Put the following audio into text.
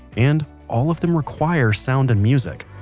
and all of them require sound and music